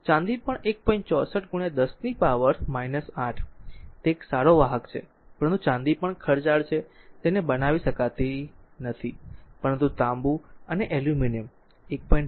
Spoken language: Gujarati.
64 10 ની પાવર 8 તે એક સારો વાહક છે પરંતુ ચાંદી પણ ખર્ચાળ છે તેને બનાવી શકતી નથી પરંતુ તાંબુ અને એલ્યુમિનિયમ 1